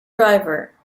driver